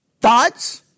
thoughts